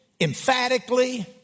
Emphatically